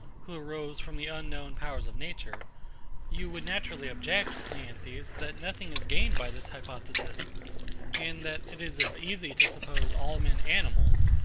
who arose from the unknown powers of nature you would naturally object, cleanthes, that nothing is gained by this hypothesis and that it is as easy to suppose all men animals,